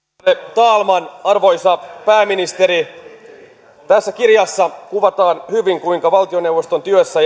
talman arvoisa pääministeri tässä kirjassa kuvataan hyvin kuinka valtioneuvoston työssä